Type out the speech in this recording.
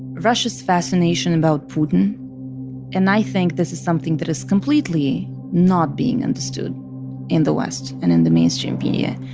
russia's fascination about putin and i think this is something that is completely not being understood in the west and in the mainstream media.